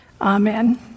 Amen